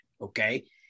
Okay